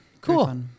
Cool